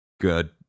Good